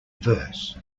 verse